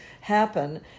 happen